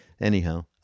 Anyhow